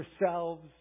yourselves